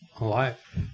alive